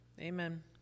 Amen